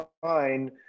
fine